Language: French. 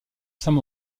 saint